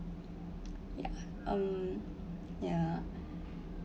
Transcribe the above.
ya um ya